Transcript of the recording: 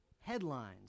headlines